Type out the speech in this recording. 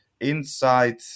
inside